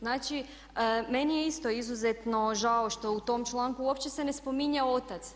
Znači, meni je isto izuzetno žao što u tom članku uopće se ne spominje otac.